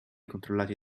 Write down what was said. controllati